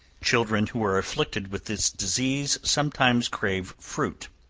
children who are afflicted with this disease, sometimes crave fruit.